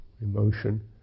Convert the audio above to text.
emotion